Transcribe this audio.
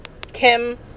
Kim